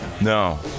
No